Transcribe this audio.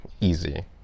easy